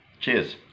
Cheers